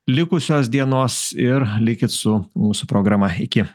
likusios dienos ir likit su mūsų programa iki